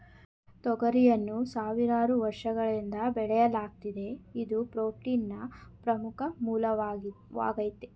ತೊಗರಿಯನ್ನು ಸಾವಿರಾರು ವರ್ಷಗಳಿಂದ ಬೆಳೆಯಲಾಗ್ತಿದೆ ಇದು ಪ್ರೋಟೀನ್ನ ಪ್ರಮುಖ ಮೂಲವಾಗಾಯ್ತೆ